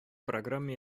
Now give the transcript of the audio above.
программа